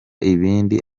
ibindi